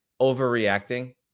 overreacting